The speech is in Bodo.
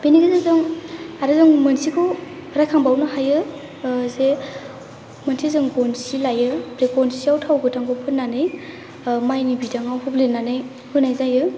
बेनि गेजेरजों जों मोनसे आरो मोनसेखौ रायखांबावनो हायो जे मोनसे जों गनसि लायो बे गनसिआव थाव गोथांखौ फुननानै माइनि बिदांआव हुब्लिदनानै होनाय जायो